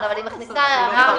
כפי שגיא מציע לכם,